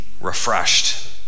refreshed